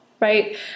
right